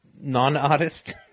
non-artist